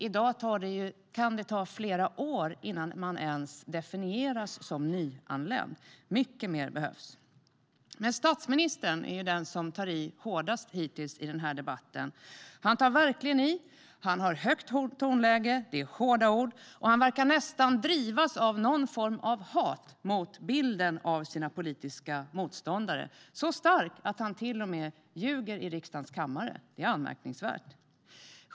I dag kan det ta flera år innan man ens definieras som nyanländ. Det behövs mycket mer. Men statsministern är den som tar i hårdast hittills i den här debatten. Han tar verkligen i, han har högt tonläge, det är hårda ord och han verkar nästan drivas av någon form av hat mot bilden av sina politiska motståndare. Det är så starkt att han till och med ljuger i riksdagens kammare. Det är anmärkningsvärt.